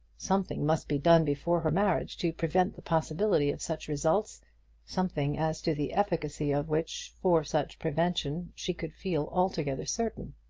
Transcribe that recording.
something must be done before her marriage to prevent the possibility of such results something as to the efficacy of which for such prevention she could feel altogether certain.